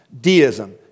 deism